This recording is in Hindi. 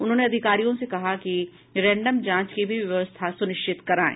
उन्होंने अधिकारियों से कहा कि रैंडम जांच की भी व्यवस्था सुनिश्चित करायें